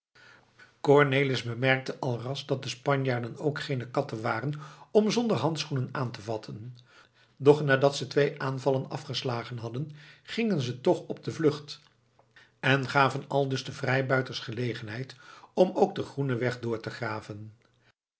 cornelis bemerkte alras dat de spanjaarden ook geene katten waren om zonder handschoenen aan te vatten doch nadat ze twee aanvallen afgeslagen hadden gingen ze toch op de vlucht en gaven aldus den vrijbuiters gelegenheid om ook den groenenweg door te graven